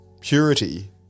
purity